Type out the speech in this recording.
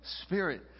spirit